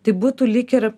tai būtų lyg ir